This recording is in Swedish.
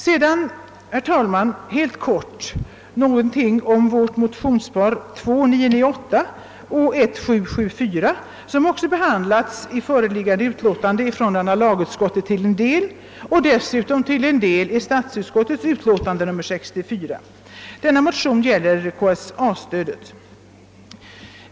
Vidare vill jag, herr talman, i korthet säga några ord om vårt motionspar I: 774 och II: 998 som också behandlats i föreliggande utlåtande från andra lagutskottet till en del och dessutom till en del i statsutskottets utlåtande nr 64. Dessa motioner gäller KSA-stödet.